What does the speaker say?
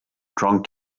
drunk